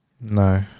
No